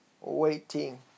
waiting